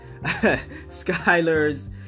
Skylar's